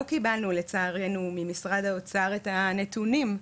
לא קיבלנו לצערנו ממשרד האוצר את הנתונים.